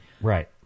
Right